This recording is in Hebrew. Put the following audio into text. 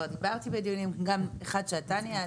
גם דיברתי בדיונים גם אחד שאתה ניהלת.